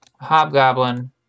Hobgoblin